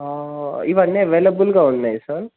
ఇవన్నీ అవైలబుల్గా ఉన్నాయి సార్